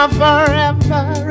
forever